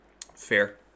Fair